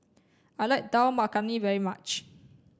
I like Dal Makhani very much